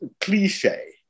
cliche